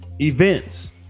events